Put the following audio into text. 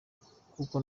kuko